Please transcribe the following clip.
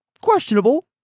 questionable